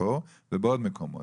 פה ובעוד מקומות.